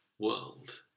world